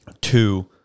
two